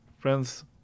friends